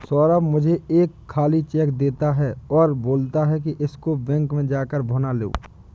सौरभ मुझे एक खाली चेक देता है और बोलता है कि इसको बैंक में जा कर भुना लो